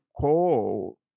call